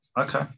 okay